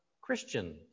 Christian